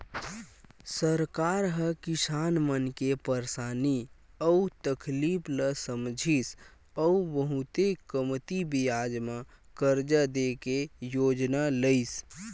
सरकार ह किसान मन के परसानी अउ तकलीफ ल समझिस अउ बहुते कमती बियाज म करजा दे के योजना लइस